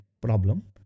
problem